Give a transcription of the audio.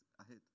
ahead